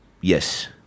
Yes